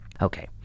Okay